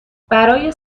برای